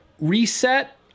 reset